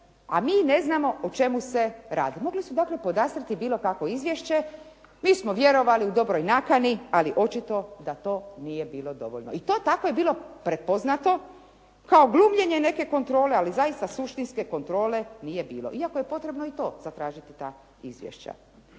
a mi ne znamo o čemu se radi. Mogli su dakle podastrijeti bilo kakvo izvješće. Mi smo vjerovali u dobroj nakani, ali očito da to nije bilo dovoljno. I to tako je bilo prepoznato kao glumljenje neke kontrole, ali zaista suštinske kontrole nije bilo. Iako je potrebno i to zatražiti ta izvješća.